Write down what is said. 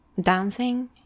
dancing